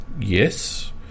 Yes